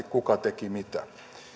kuka teki mitä